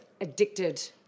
Addicted